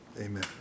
amen